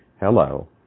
hello